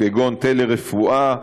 כגון טלרפואה.